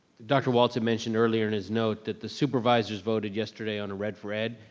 dr. walton mentioned earlier in his note that the supervisors voted yesterday on red for ed,